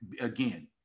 again